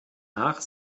nach